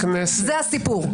זה הסיפור.